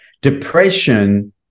Depression